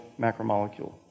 macromolecule